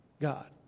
God